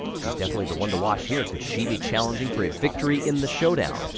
she's definitely the one to watch here. could she be challenging for a victory in the showdown?